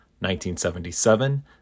1977